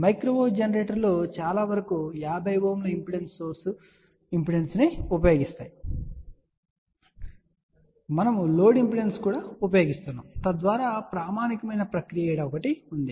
microwave జనరేటర్లు చాలావరకు 50 Ω impedance source ఇంపిడెన్స్ను ఉపయోగిస్తాయని మీకు చెప్పడం లేదా వాస్తవానికి మనము లోడ్ ఇంపిడెన్స్ను కూడా ఉపయోగిస్తాము తద్వారా ప్రామాణికమైన ప్రక్రియ ఉంది